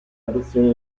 adozione